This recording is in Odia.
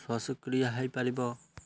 ଶ୍ୱାସକ୍ରିୟା ହେଇପାରିବ